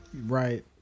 Right